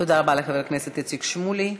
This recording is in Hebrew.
תודה רבה לחבר הכנסת איציק שמולי.